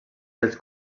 els